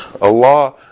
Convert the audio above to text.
Allah